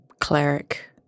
cleric